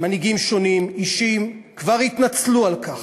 מנהיגים שונים, אישים, כבר התנצלו על כך,